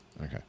Okay